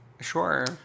Sure